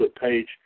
page